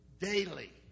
daily